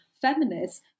feminists